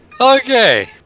Okay